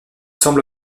semble